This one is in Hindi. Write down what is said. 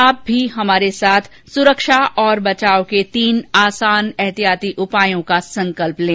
आप भी हमारे साथ सुरक्षा और बचाव के तीन आसान एहतियाती उपायों का संकल्प लें